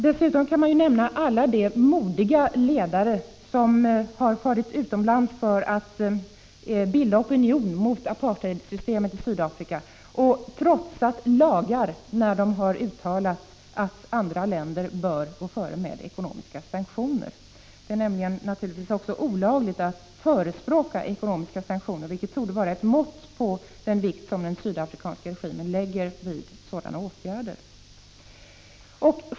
Dessutom kan nämnas alla de modiga ledare som har åkt utomlands för att bilda opinion mot apartheidsystemet i Sydafrika och trotsat lagar när de har uttalat att andra länder bör gå före med ekonomiska sanktioner. Det är nämligen naturligtvis också olagligt att förespråka ekonomiska sanktioner, vilket torde vara ett mått på den vikt som den sydafrikanska regimen fäster vid sådana åtgärder.